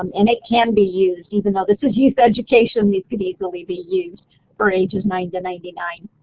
um and it can be used even though this is youth education, these could easily be used for ages nine to ninety nine.